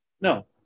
No